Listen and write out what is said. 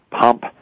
pump